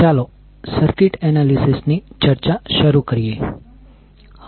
ચાલો circuit analysis ની ચર્ચા શરૂ કરીએ